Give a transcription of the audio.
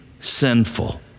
sinful